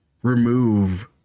remove